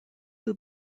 will